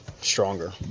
stronger